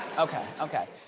okay, okay.